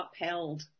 upheld